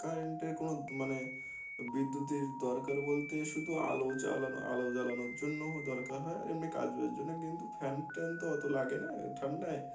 কারেন্টের কোনো মানে বিদ্যুতের দরকার বলতে শুধু আলো জ্বালানো আলো জ্বালানোর জন্যও দরকার হয় আর এমনি কাজ বাজের জন্য কিন্তু ফ্যান ট্যান তো অত লাগে না ঠান্ডায়